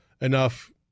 enough